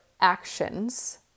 actions